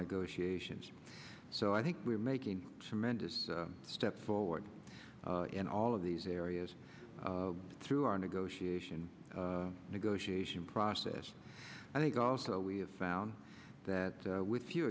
negotiations so i think we're making tremendous step forward in all of these areas and through our negotiation negotiation process i think also we have found that with few